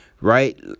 right